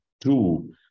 two